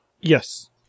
Yes